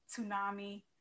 tsunami